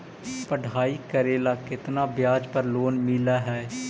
पढाई करेला केतना ब्याज पर लोन मिल हइ?